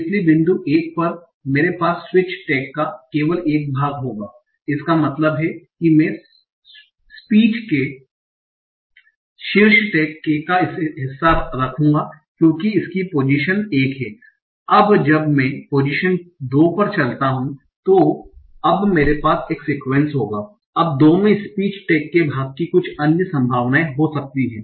इसलिए बिंदु 1 पर मेरे पास स्पीच टैग का केवल 1 भाग होगा इसका मतलब है मैं स्पीच के शीर्ष टैग k का हिस्सा रखूंगा क्युकि इसकी पोजीशन 1 है अब जब मैं पोजीशन 2 पर जाता हूं तो अब मेरे पास एक सीक्वेंस होगा अब 2 में स्पीच टैग के भाग की कुछ अन्य संभावनाएं हो सकती हैं